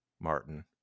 Martin